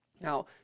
now